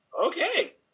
okay